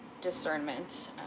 discernment